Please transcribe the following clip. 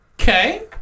Okay